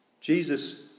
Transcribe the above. Jesus